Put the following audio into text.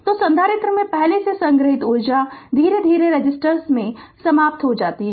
तो संधारित्र में पहले से संग्रहीत ऊर्जा धीरे धीरे रेसिस्टर में समाप्त हो जाती है